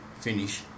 finish